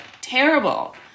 terrible